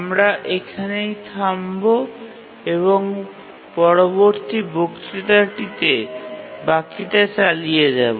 আমরা এখানেই থামব এবং পরবর্তী বক্তৃতাটিতে বাকিটা চালিয়ে যাব